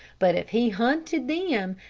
but if he hunted them,